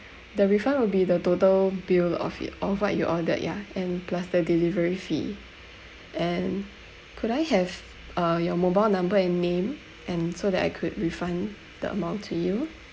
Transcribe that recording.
the refund will be the total bill of it of what you ordered yeah and plus the delivery fee and could I have uh your mobile number and name and so that I could refund the amount to you